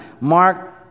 Mark